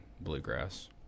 bluegrass